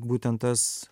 būtent tas